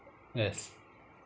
yes